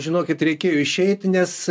žinokit reikėjo išeiti nes